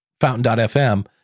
fountain.fm